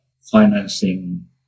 financing